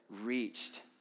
reached